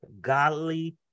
godly